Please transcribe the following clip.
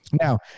Now